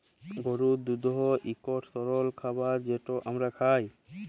গরুর দুহুদ ইকট তরল খাবার যেট আমরা খাই